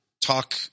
talk